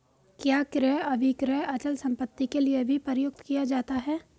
क्या क्रय अभिक्रय अचल संपत्ति के लिये भी प्रयुक्त किया जाता है?